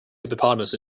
hippopotamus